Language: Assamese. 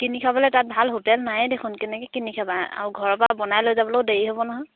কিনি খাবলৈ তাত ভাল হোটেল নাইয়ে দেখোন কেনেকৈ কিনি খাবা আৰু ঘৰৰ পৰা বনাই লৈ যাবলৈও দেৰি হ'ব নহয়